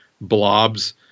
blobs